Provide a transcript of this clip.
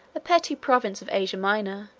a petty province of asia minor,